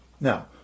Now